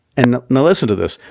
and now listen to this,